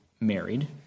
married